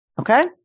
okay